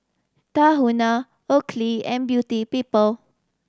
Tahuna Oakley and Beauty People